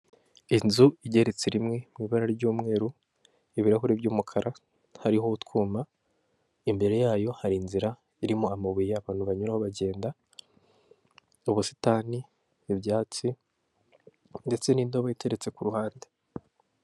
Inzu igeretse rimwe mu ibara ry'umweru, ibirahuri by'umukara, hariho utwuma, imbere yayo hari inzira irimo amabuye abantu banyura bagenda, ubusitani ibyatsi ndetse n'indobo iteretse ku ruhande.